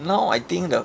now I think the